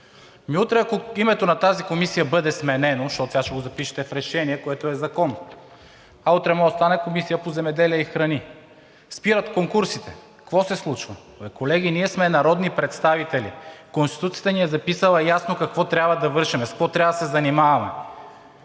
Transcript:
Ами утре, ако името на тази комисия бъде сменено, защото сега ще го запишете в решение, което е закон – утре може да стане Комисия по земеделие и храни, спират конкурсите, какво се случва? Колеги, ние сме народни представители. Конституцията ни е записала ясно какво трябва да вършим, с какво трябва да се занимаваме.